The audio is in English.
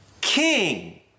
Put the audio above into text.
king